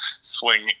swing